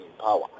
power